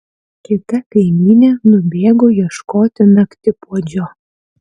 kita kaimynė nubėgo ieškoti naktipuodžio